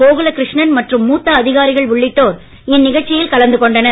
கோகுல கிருஷ்ணன் மற்றும் மூத்த அதிகாரிகள் உள்ளிட்டோர் இந்நிகழ்ச்சியில் கலந்து கொண்டனர்